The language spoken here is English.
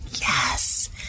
Yes